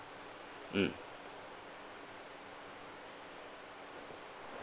mm